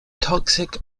toxic